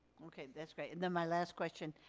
okay, that's great, and then my last question,